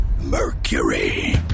Mercury